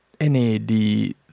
nad